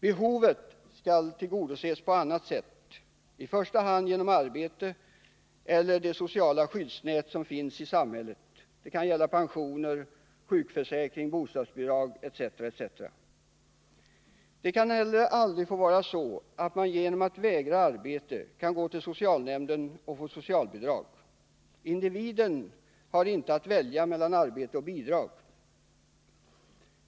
Den enskildes behov skall tillgodoses på annat sätt än genom bidrag, i första hand genom arbete eller det sociala skyddsnät som finns i samhället — pensioner, sjukförsäkring, bostadsbidrag etc. Det får heller aldrig vara så att man genom att vägra arbeta och gå till socialnämnden kan få socialbidrag. Individen har inte att välja mellan arbete och bidrag.